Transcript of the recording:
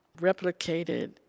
replicated